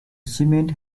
cement